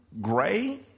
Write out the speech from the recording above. Gray